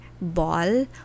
ball